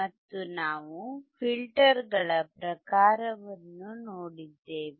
ಮತ್ತು ನಾವು ಫಿಲ್ಟರ್ಗಳ ಪ್ರಕಾರವನ್ನೂ ನೋಡಿದ್ದೇವೆ